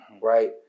right